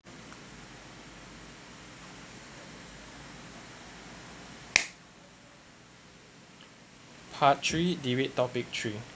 part three debate topic three